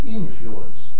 influence